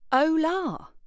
Hola